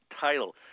title